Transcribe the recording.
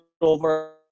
over